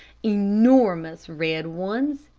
enormous red ones,